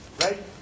right